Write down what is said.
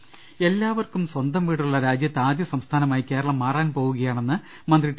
ള്ള്ടെടി എല്ലാവർക്കും സ്വന്തം വീടുള്ള രാജ്യത്തെ ആദ്യ സംസ്ഥാനമായി കേരളം മാറാൻ പോകുകയാണെന്ന് മന്ത്രി ടി